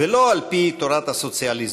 ולא על-פי תורת הסוציאליזם".